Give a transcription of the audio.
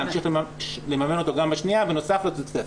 להמשיך לממן אותו גם בשנה השניה בנוסף לתוספת.